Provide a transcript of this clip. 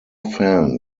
fan